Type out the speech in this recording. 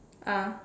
ah